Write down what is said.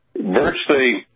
virtually